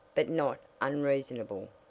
but not unreasonable.